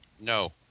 no